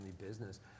business